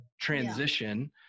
transition